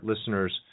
listeners